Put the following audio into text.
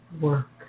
work